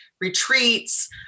retreats